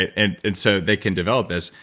and and so they can develop this,